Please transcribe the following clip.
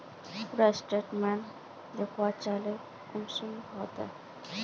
पूरा स्टेटमेंट देखला चाहबे तो कुंसम होते?